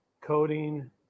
coding